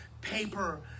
paper